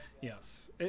Yes